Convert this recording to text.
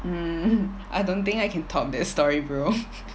um I don't think I can talk that story bro